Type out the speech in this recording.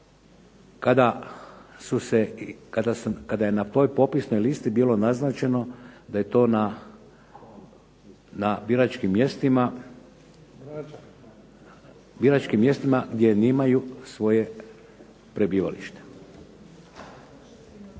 kada je na toj popisnoj listi bilo naznačeno da je to na biračkim mjestima gdje imaju svoje prebivalište.